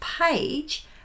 page